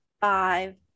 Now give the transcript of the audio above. five